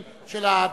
לסדר.